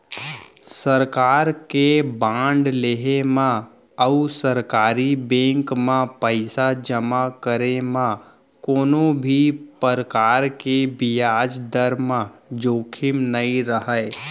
सरकार के बांड लेहे म अउ सरकारी बेंक म पइसा जमा करे म कोनों भी परकार के बियाज दर म जोखिम नइ रहय